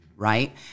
Right